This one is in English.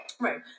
Right